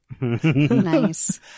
nice